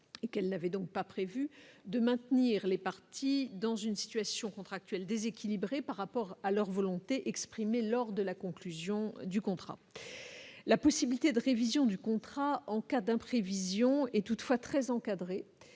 et qu'elle n'avait donc pas prévu de maintenir les partis dans une situation contractuelle déséquilibrées par rapport à leur volonté, exprimée lors de la conclusion du contrat, la possibilité de révision du contrat en cas d'imprévision est toutefois très encadrée